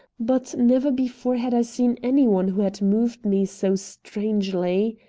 but never before had i seen any one who had moved me so strangely.